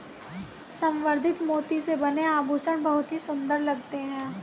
संवर्धित मोती से बने आभूषण बहुत ही सुंदर लगते हैं